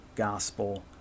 gospel